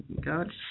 God